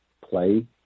play